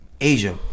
Asia